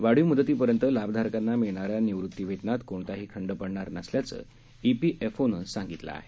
वाढीव मूदतीपर्यंत लाभधारकांना मिळणाऱ्या निवृत्ती वेतनात कोणताही खंड पडणार नसल्याचं ई पी एफ ओ नं सांगितलं आहे